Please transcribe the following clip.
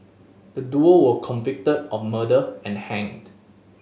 the duo were convicted of murder and hanged